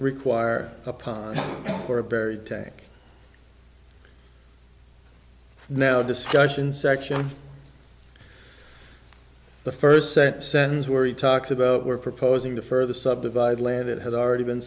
require a pond or a buried tank no discussion section on the first set sense where he talks about we're proposing to further subdivide land that had already been